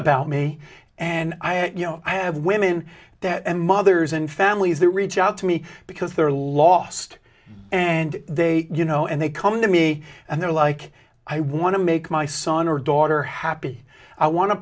about me and i you know i have women and mothers and families that reach out to me because they're lost and they you know and they come to me and they're like i want to make my son or daughter happy i want to